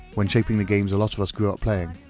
when shaping the games a lot of us grew up playing.